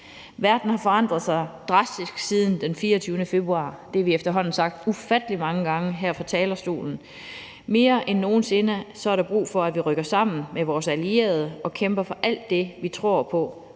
Verden har forandret sig drastisk siden den 24. februar. Det har vi efterhånden sagt ufattelig mange gange her fra talerstolen. Mere end nogen sinde er der brug for, at vi rykker sammen med vores allierede og kæmper for alt det, vi tror på,